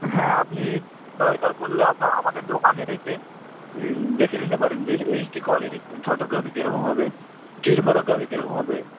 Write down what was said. হ্যাঁ আপনি দরকার পড়লে আমাদের দোকানে এসে দেখে নিতে পারেন যে এইচ ডি কোয়ালিটি ফটোগ্রাফি কীরকম হবে স্টিল ফটোগ্রাফি কীরকম হবে